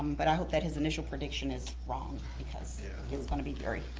but i hope that his initial prediction is wrong because it's gonna be very,